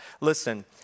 listen